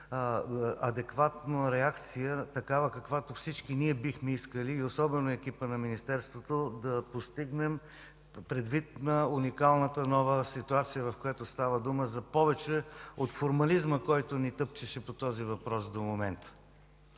адекватна реакция, каквато всички ние бихме искали, особено екипът на Министерството, предвид на уникалната нова ситуация, в която става дума за повече от формализма, който ни тъпчеше по този въпрос досега.